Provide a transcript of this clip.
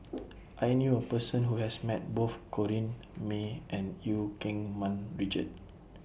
I knew A Person Who has Met Both Corrinne May and EU Keng Mun Richard